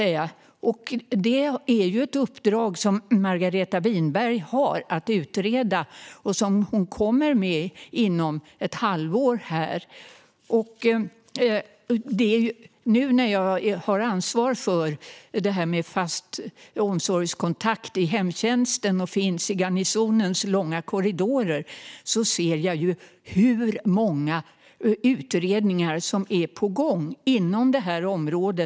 Det är ett uppdrag som Margareta Winberg har fått att utreda. Hon kommer att presentera detta inom ett halvår. När jag nu har ansvar för det här med en fast omsorgskontakt i hemtjänsten och finns i Garnisonens långa korridorer ser jag hur många utredningar som är på gång inom detta område.